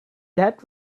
that